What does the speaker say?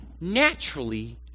Naturally